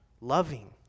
loving